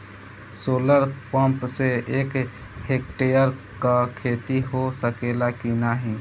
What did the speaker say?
Solar pump से एक hectare क खेती हो सकेला की नाहीं?